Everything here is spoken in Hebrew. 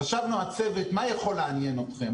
חשבנו הצוות, מה יכול לעניין אתכם?